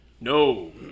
no